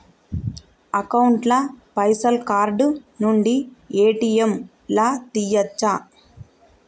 Account ల పైసల్ card నుండి ఏ.టి.ఎమ్ లా తియ్యచ్చా?